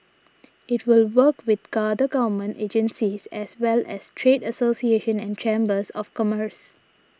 it will work with other government agencies as well as trade associations and chambers of commerce